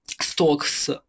stocks